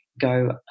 go